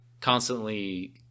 constantly